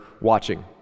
watching